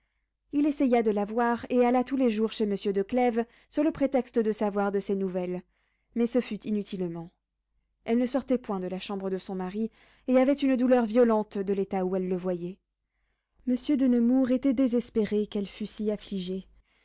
il essaya de la voir et alla tous les jours chez monsieur de clèves sur le prétexte de savoir de ses nouvelles mais ce fut inutilement elle ne sortait point de la chambre de son mari et avait une douleur violente de l'état où elle le voyait monsieur de nemours était désespéré qu'elle fût si affligée